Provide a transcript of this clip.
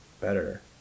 better